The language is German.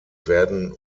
werden